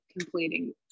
completing